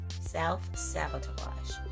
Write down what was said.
Self-sabotage